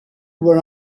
were